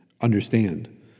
understand